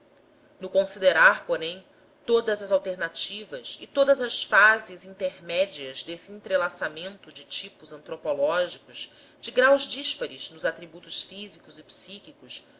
no considerar porém todas as alternativas e todas as fases intermédias desse entrelaçamento de tipos antropológicos de graus díspares nos atributos físicos e psíquicos